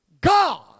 God